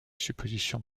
suppositions